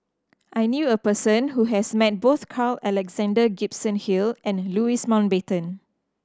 I knew a person who has met both Carl Alexander Gibson Hill and Louis Mountbatten